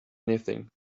anything